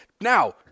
Now